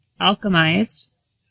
alchemized